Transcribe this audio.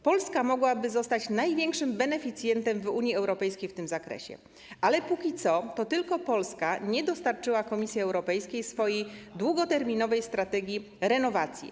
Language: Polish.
Polska mogłaby zostać największym beneficjentem w Unii Europejskiej w tym zakresie, ale póki co, to tylko Polska nie dostarczyła Komisji Europejskiej swojej Długoterminowej Strategii Renowacji.